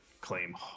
claim